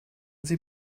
sie